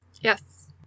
Yes